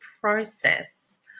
process